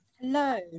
Hello